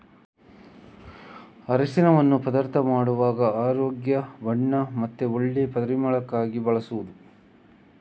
ಅರಸಿನವನ್ನ ಪದಾರ್ಥ ಮಾಡುವಾಗ ಆರೋಗ್ಯ, ಬಣ್ಣ ಮತ್ತೆ ಒಳ್ಳೆ ಪರಿಮಳಕ್ಕಾಗಿ ಬಳಸುದು